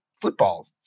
football